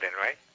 right